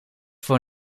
voor